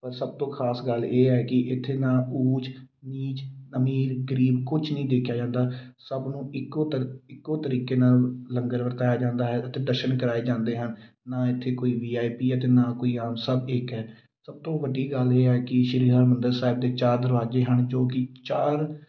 ਪਰ ਸਭ ਤੋਂ ਖਾਸ ਗੱਲ ਇਹ ਹੈ ਕਿ ਇੱਥੇ ਨਾ ਊਚ ਨੀਚ ਅਮੀਰ ਗਰੀਬ ਕੁਛ ਨਹੀਂ ਦੇਖਿਆ ਜਾਂਦਾ ਸਭ ਨੂੰ ਇੱਕੋ ਤਰ ਇੱਕੋ ਤਰੀਕੇ ਨਾਲ ਲੰਗਰ ਵਰਤਾਇਆ ਜਾਂਦਾ ਹੈ ਅਤੇ ਦਰਸ਼ਨ ਕਰਵਾਏ ਜਾਂਦੇ ਹਨ ਨਾ ਇੱਥੇ ਕੋਈ ਵੀ ਆਈ ਪੀ ਹੈ ਅਤੇ ਨਾ ਕੋਈ ਆਮ ਸਭ ਇੱਕ ਹੈ ਸਭ ਤੋਂ ਵੱਡੀ ਗੱਲ ਇਹ ਹੈ ਕਿ ਸ਼੍ਰੀ ਹਰਿਮੰਦਿਰ ਸਾਹਿਬ ਦੇ ਚਾਰ ਦਰਵਾਜ਼ੇ ਹਨ ਜੋ ਕਿ ਚਾਰ